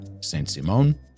Saint-Simon